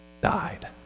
died